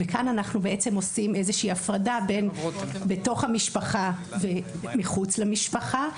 וכאן אנחנו בעצם עושים איזושהי הפרדה בין בתוך המשפחה ומחוץ למשפחה.